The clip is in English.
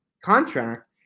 contract